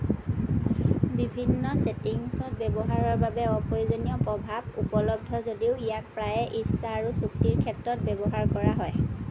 বিভিন্ন ছেটিংছত ব্যৱহাৰৰ বাবে অপ্ৰয়োজনীয় প্ৰভাৱ উপলব্ধ যদিও ইয়াক প্ৰায়ে ইচ্ছা আৰু চুক্তিৰ ক্ষেত্ৰত ব্যৱহাৰ কৰা হয়